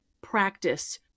practice